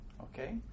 Okay